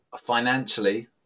financially